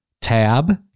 Tab